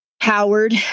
Howard